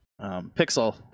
Pixel